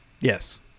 Yes